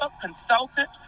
consultant